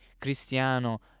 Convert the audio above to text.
Cristiano